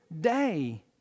day